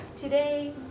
Today